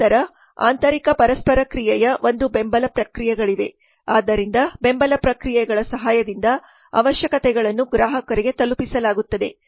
ನಂತರ ಆಂತರಿಕ ಪರಸ್ಪರ ಕ್ರಿಯೆಯ ಒಂದು ಬೆಂಬಲ ಪ್ರಕ್ರಿಯೆಗಳಿವೆ ಆದ್ದರಿಂದ ಬೆಂಬಲ ಪ್ರಕ್ರಿಯೆಗಳ ಸಹಾಯದಿಂದ ಅವಶ್ಯಕತೆಗಳನ್ನು ಗ್ರಾಹಕರಿಗೆ ತಲುಪಿಸಲಾಗುತ್ತದೆ